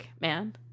Man